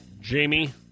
Jamie